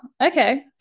okay